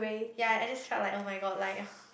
ya I just felt like oh-my-god like